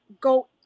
go